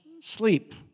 sleep